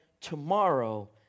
tomorrow